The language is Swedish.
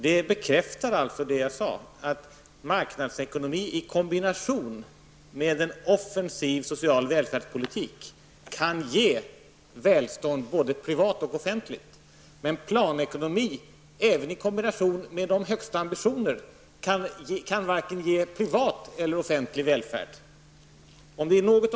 Detta bekräftar det jag sade, nämligen att marknadsekonomi i kombination med en offensiv social välfärdspolitik kan ge välstånd både privat och offentligt. Planekonomi, även i kombination med de högsta ambitioner, kan varken ge privat eller offentlig välfärd.